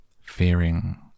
fearing